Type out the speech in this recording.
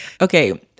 okay